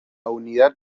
unidad